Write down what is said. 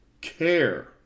care